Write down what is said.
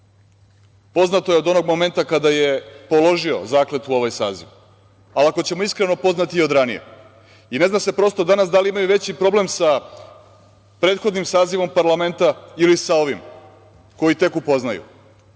poznato je od onog momenta kada je položio zakletvu ovaj saziv, ali ako ćemo iskreno, poznat je i od ranije. Ne zna se prosto danas da li imaju veći problem sa prethodnim sazivom parlamenta ili sa ovim koji tek upoznaju,